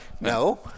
No